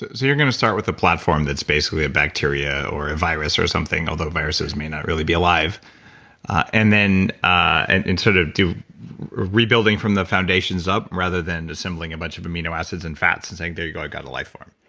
you're going to start with a platform that's basically a bacteria or virus or something, although viruses may not really be alive and then sort of rebuilding from the foundations up rather than assembling a bunch of amino acids and fats, and saying there you got got a life form.